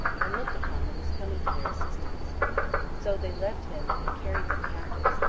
and looked upon them as coming to their assistance so they left him that had carried them captives,